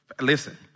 listen